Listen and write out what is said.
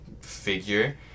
figure